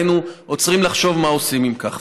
והיינו עוצרים לחשוב מה עושים עם כך.